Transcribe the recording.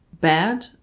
bad